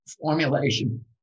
formulation